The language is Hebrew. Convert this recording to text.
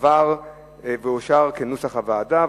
עברו ואושרו כנוסח הוועדה.